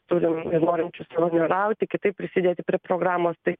turim ir norinčius bendrauti kitaip prisidėti prie programos tai